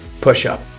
Push-Up